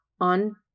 on